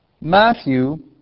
Matthew